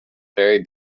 very